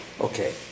Okay